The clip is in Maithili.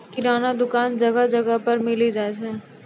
किराना दुकान जगह जगह पर मिली जाय छै